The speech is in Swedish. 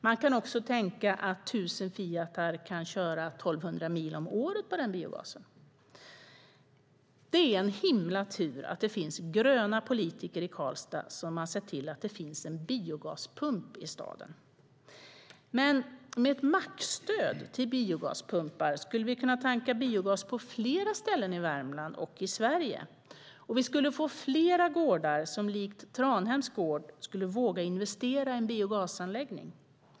Man kan också tänka att tusen Fiatar kan köra 1 200 mil om året på den biogasen. Det är en himla tur att det finns gröna politiker i Karlstad som har sett till att det finns en biogaspump i staden. Med ett mackstöd till biogaspumpar skulle vi kunna tanka biogas på flera ställen i Värmland och Sverige, och vi skulle få flera gårdar, som likt Tranhems gård, vågar investera i en biogasanläggning.